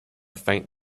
faint